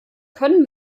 können